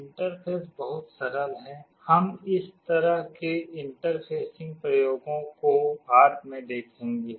interface बहुत सरल है हम इस तरह के इंटरफेसिंग प्रयोगों को बाद में देखेंगे